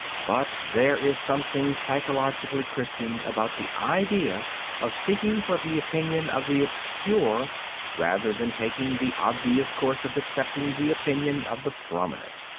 but there is something psychologically christian about the idea of seeking for the opinion of the obscure rather than taking the obvious course of accepting the opinion of the prominent.